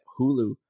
Hulu